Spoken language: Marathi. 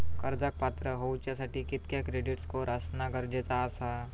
कर्जाक पात्र होवच्यासाठी कितक्या क्रेडिट स्कोअर असणा गरजेचा आसा?